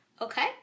Okay